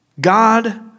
God